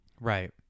Right